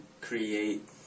create